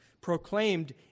proclaimed